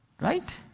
right